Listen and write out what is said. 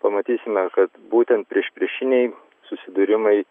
pamatysime kad būtent priešpriešiniai susidūrimai